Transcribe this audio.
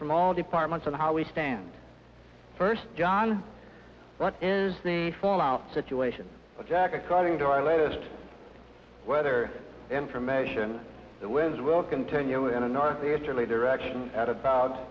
from all departments on how we stand first john what is the fallout situation jack according to our latest weather information the winds will continue in a northeasterly direction at about